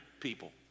people